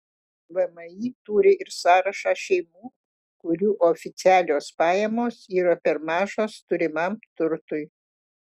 vmi turi ir sąrašą šeimų kurių oficialios pajamos yra per mažos turimam turtui